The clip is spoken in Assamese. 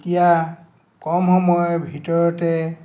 এতিয়া কম সময়ৰ ভিতৰতে